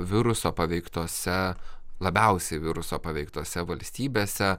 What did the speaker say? viruso paveiktose labiausiai viruso paveiktose valstybėse